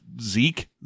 Zeke